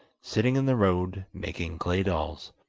sitting in the road, making clay dolls.